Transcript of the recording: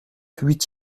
huit